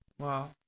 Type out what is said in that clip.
Wow